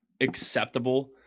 acceptable –